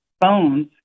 phones